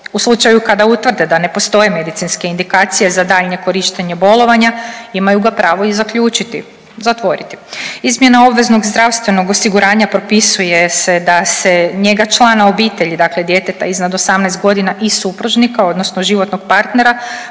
U slučaju kada utvrde da ne postoje medicinske indikacije za daljnje korištenje bolovanja imaju ga pravo i zaključiti, zatvoriti. Izmjena obveznog zdravstvenog osiguranja propisuje se da se njega člana obitelji, dakle djeteta iznad 18.g. i supružnika odnosno životnog partnera